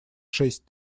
шесть